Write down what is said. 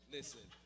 Listen